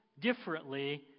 differently